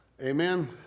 Amen